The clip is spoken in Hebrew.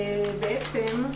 בעצם,